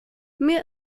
mir